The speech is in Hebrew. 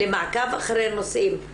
למעקב אחרי נושאים.